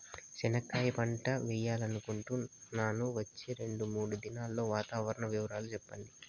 చెనక్కాయ పంట వేయాలనుకుంటున్నాము, వచ్చే రెండు, మూడు దినాల్లో వాతావరణం వివరాలు చెప్పండి?